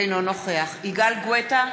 אינו נוכח יגאל גואטה,